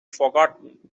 forgotten